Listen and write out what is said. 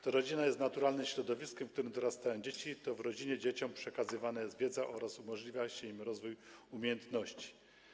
To rodzina jest naturalnym środowiskiem, w którym dorastają dzieci, to w rodzinie dzieciom przekazywana jest wiedza oraz umożliwia się dzieciom rozwój umiejętności.